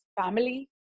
family